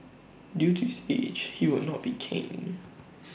due to his age he will not be caned